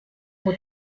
ngo